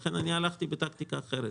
לכן אני הלכתי בטקטיקה אחרת.